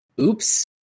oops